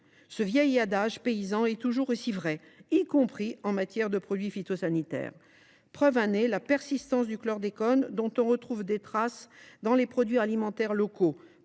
ce vieil adage paysan est plus vrai que jamais, y compris en matière de produits phytosanitaires. En témoigne la persistance du chlordécone, dont on retrouve des traces dans les produits alimentaires locaux